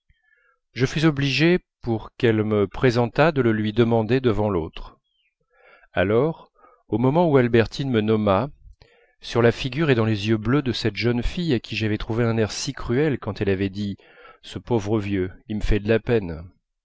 je fus obligé pour qu'elle me présentât de le lui demander devant l'autre alors au moment où albertine me nomma sur la figure et dans les yeux bleus de cette jeune fille à qui j'avais trouvé un air si cruel quand elle avait dit ce pauvre vieux y m'fait d'la peine